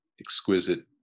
exquisite